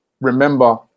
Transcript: remember